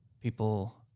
People